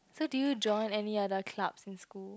so do you join any other clubs in school